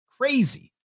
Crazy